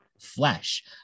flesh